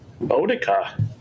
Bodica